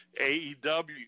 AEW